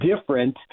different